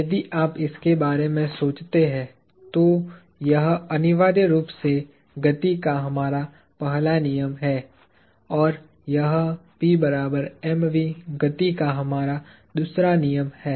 यदि आप इसके बारे में सोचते हैं तो यह अनिवार्य रूप से गति का हमारा पहला नियम है और यह गति का हमारा दूसरा नियम है